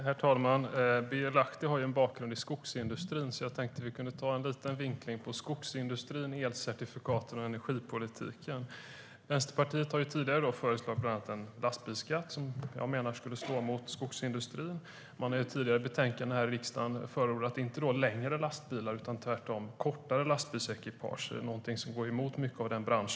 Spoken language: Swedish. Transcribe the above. Herr talman! Birger Lahti har ju en bakgrund i skogsindustrin, så jag tänkte att ta upp en liten vinkling med skogsindustrin, elcertifikat och energipolitiken. Vänsterpartiet har tidigare föreslagit bland annat en lastbilsskatt som jag menar skulle slå mot skogsindustrin. Man har i ett tidigare betänkande här i riksdagen inte förordat längre lastbilar utan tvärtom kortare lastbilsekipage, någonting som går emot branschens uppfattning.